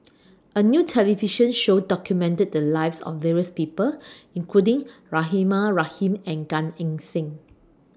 A New television Show documented The Lives of various People including Rahimah Rahim and Gan Eng Seng